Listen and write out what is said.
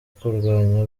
kurwanya